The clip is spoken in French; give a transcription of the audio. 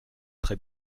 très